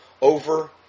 over